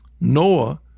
Noah